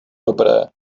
dobré